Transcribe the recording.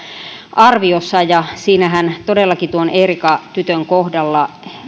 arviossaan todellakin tuon eerika tytön kohdalla